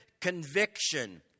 conviction